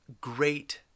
great